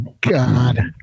God